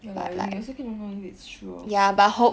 K lah I mean you also cannot know whether it's true also